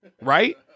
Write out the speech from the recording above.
right